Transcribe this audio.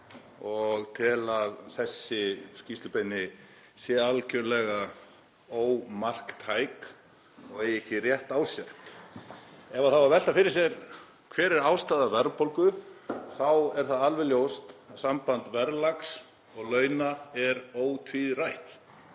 og tel að þessi skýrslubeiðni sé algerlega ómarktæk og eigi ekki rétt á sér. Ef þarf að velta fyrir sér hver er ástæða verðbólgu þá er það alveg ljóst að samband verðlags og launa er ótvírætt.